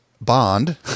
Bond